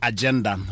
Agenda